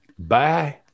Bye